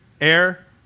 Air